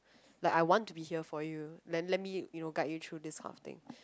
like I want to be here for you then let me you know guide you through this kind of thing